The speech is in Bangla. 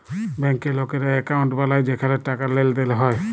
ব্যাংকে লকেরা একউন্ট বালায় যেখালে টাকার লেনদেল হ্যয়